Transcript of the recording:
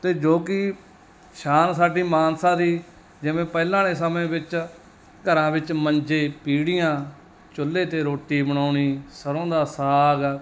ਅਤੇ ਜੋ ਕਿ ਸ਼ਾਨ ਸਾਡੀ ਮਾਨਸਾ ਦੀ ਜਿਵੇਂ ਪਹਿਲਾਂ ਵਾਲੇ ਸਮੇਂ ਵਿੱਚ ਘਰਾਂ ਵਿੱਚ ਮੰਜੇ ਪੀੜੀਆਂ ਚੁੱਲ੍ਹੇ 'ਤੇ ਰੋਟੀ ਬਣਾਉਣੀ ਸਰ੍ਹੋਂ ਦਾ ਸਾਗ